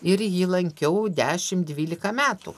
ir jį lankiau dešim dvylika metų